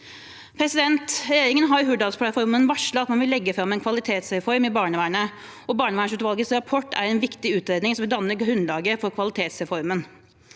anbefalinger. Regjeringen har i Hurdalsplattformen varslet at man vil legge fram en kvalitetsreform i barnevernet, og barnevernsutvalgets rapport er en viktig utredning som vil danne grunnlaget for kvalitetsreformen.